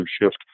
shift